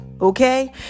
Okay